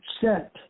set